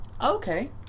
Okay